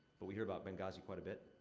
but we hear about benghazi quite a bit.